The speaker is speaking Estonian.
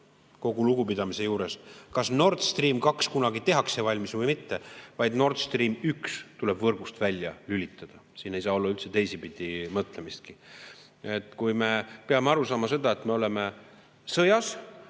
kogu lugupidamise juures, kas Nord Stream 2 kunagi tehakse valmis või mitte, vaid Nord Stream 1 tuleb võrgust välja lülitada. Siin ei saa olla teisipidi mõtlemistki. Me peame aru saama, et me oleme sõjas,